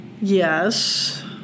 Yes